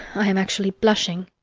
i am actually blushing.